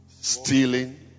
Stealing